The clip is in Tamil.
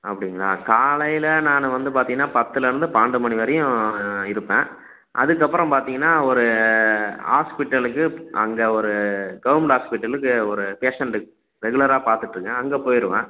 அப்படிங்களா காலையில் நான் வந்து பார்த்திங்கன்னா பத்திலிருந்து பன்னெரெண்டு மணி வரையும் இருப்பேன் அதுக்கப்புறம் பார்த்திங்கன்னா ஒரு ஹாஸ்பிட்டலுக்கு அங்கே ஒரு கவர்மெண்ட் ஹாஸ்பிட்டலுக்கு ஒரு பேஷண்ட்டுக்கு ரெகுலராக பார்த்துட்ருக்கேன் அங்கே போயிடுவேன்